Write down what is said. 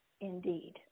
indeed